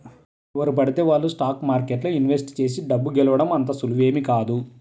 ఎవరు పడితే వాళ్ళు స్టాక్ మార్కెట్లో ఇన్వెస్ట్ చేసి డబ్బు గెలవడం అంత సులువేమీ కాదు